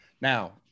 Now